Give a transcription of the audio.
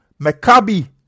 Maccabi